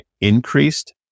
increased